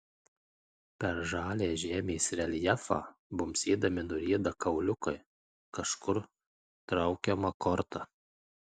per žalią žemės reljefą bumbsėdami nurieda kauliukai kažkur traukiama korta